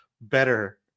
better